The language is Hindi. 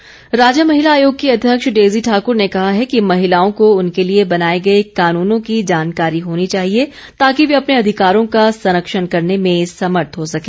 डेजी ठाकुर राज्य महिला आयोग की अध्यक्ष डेजी ठाकुर ने कहा है कि महिलाओं को उनके लिए बनाए गए कानुनों की जानकारी होनी चाहिए ताकि वे अपने अधिकारों का संरक्षण करने में समर्थ हो सके